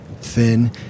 thin